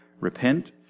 Repent